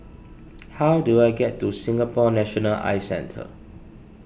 how do I get to Singapore National Eye Centre